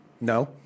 No